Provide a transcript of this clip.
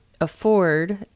afford